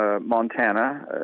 Montana